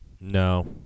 No